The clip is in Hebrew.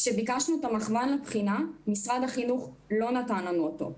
כשביקשנו את המחוון לבחינה משרד החינוך לא נתן לנו אותו.